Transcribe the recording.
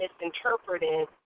misinterpreted